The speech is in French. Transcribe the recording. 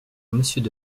monsieur